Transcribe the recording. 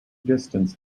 distance